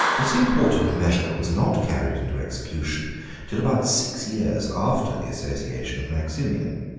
this important measure was not carried into execution till about six years after the association of maximian,